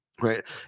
right